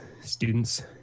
students